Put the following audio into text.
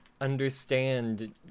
understand